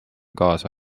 kaasa